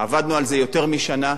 עבדנו על זה יותר משנה,